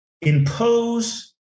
impose